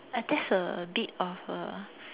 that's a bit of a